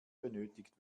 benötigt